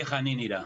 תראה איך אני נראה.